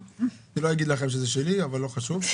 לא אגיד לכם שהוא שלי, לא חשוב.